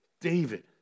David